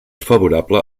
favorable